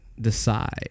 decide